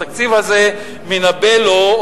התקציב הזה מנבא לו,